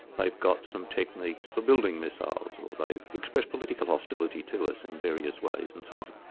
they've got some techniques for building missiles, or they've expressed political hostility to us in various ways, and so on.